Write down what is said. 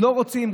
לא רוצים.